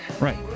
Right